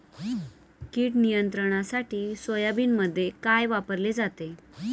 कीड नियंत्रणासाठी सोयाबीनमध्ये काय वापरले जाते?